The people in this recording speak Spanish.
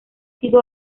sido